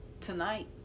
tonight